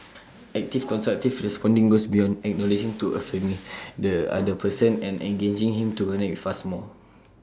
active constructive responding goes beyond acknowledging to affirming the other person and engaging him to connect with us more